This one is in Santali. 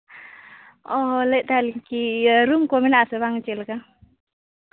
ᱚ ᱞᱟᱹᱭᱮᱫ ᱛᱟᱦᱮᱱᱟᱞᱤᱧ ᱠᱤ ᱨᱩᱢ ᱠᱚ ᱢᱮᱱᱟᱜ ᱟᱥᱮ ᱪᱮᱫ ᱞᱮᱠᱟ